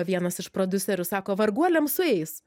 vienas iš prodiuserių sako varguoliam sueis